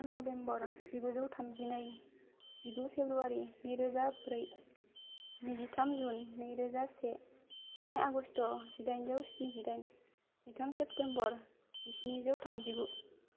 जिथाम नबेम्बर जिगुजौ थामजिनै जिगु फेब्रुवारी नैरोजा ब्रै नैजिथाम जुन नैरोजा से स्नि आगष्ट' जिडाइनजौ स्निजिडाइन जिथाम सेप्तेम्बर जिस्निजौ थामजिगु